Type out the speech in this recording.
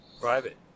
Private